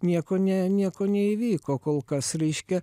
nieko ne nieko neįvyko kol kas reiškia